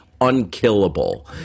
unkillable